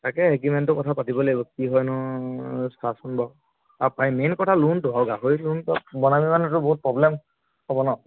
তাকে এগ্ৰিমেণ্টটোৰ কথা পাতিবই লাগিব কি হয় নো চাচোন বাৰু আৰু প্ৰায় মেইন কথা লোনটো আকৌ গাহৰি লোনটো বনাবি মানেতো বহুত প্ৰব্লেম হ'ব ন